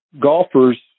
golfers